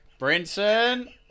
Brinson